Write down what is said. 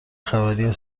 خبری